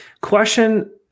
Question